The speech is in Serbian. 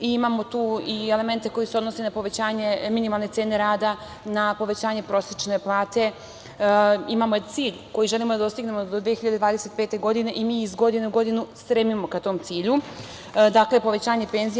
Imamo tu i elemente koji se odnose na povećanje minimalne cene rada, na povećanje prosečne plate, imamo cilj koji želimo da dostignemo do 2025. godine i mi iz godine u godinu stremimo ka tom cilju, dakle, povećanje penzija.